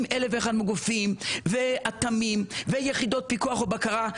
אלף ואחד מגופים; אטמים; יחידות פיקוח ובקרה.